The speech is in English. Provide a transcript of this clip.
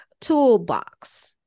toolbox